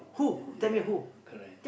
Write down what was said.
ya correct